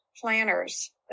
planners